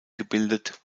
gebildet